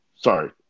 Sorry